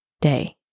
day